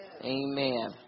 Amen